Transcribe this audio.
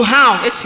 house